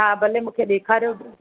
हा भले मूंखे ॾेखारियो